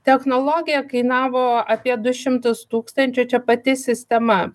technologija kainavo apie du šimtus tūkstančių čia pati sistema